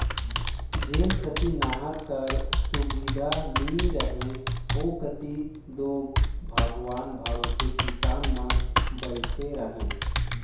जेन कती नहर कर सुबिधा नी रहें ओ कती दो भगवान भरोसे किसान मन बइठे रहे